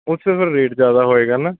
ਉੱਥੇ ਫਿਰ ਰੇਟ ਜ਼ਿਆਦਾ ਹੋਏਗਾ ਨਾ